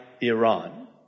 Iran